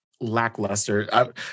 lackluster